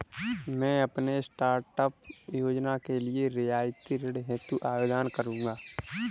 मैं अपने स्टार्टअप योजना के लिए रियायती ऋण हेतु आवेदन करूंगा